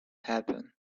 happen